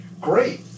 Great